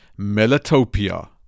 Melatopia